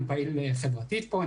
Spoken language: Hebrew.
אני פעיל חברתית פה,